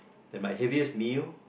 and my heaviest meal